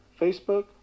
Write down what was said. Facebook